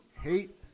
hate